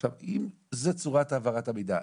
עכשיו, אם זו צורת העברת המידע,